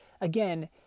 again